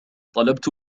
طلبت